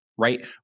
Right